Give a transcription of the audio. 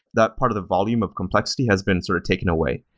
that part of the volume of complexity has been sort of taken away,